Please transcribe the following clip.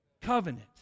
Covenant